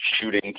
shooting